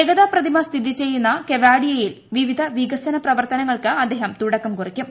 ഏകതാ പ്രതിമ സ്ഥിതി ചെയ്യുന്ന കെവാഡിയയിൽ വിവിധ വികസന പ്രവർത്തനങ്ങൾക്ക് അദ്ദേഹം തുടക്കം കുറിക്കും